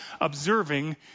observing